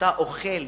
אתה אוכל